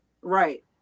Right